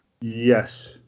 Yes